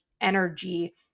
energy